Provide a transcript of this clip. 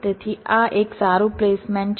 તેથી આ એક સારું પ્લેસમેન્ટ છે